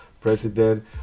president